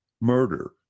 murder